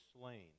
slain